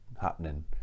happening